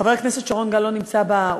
חבר הכנסת שרון גל לא נמצא באולם,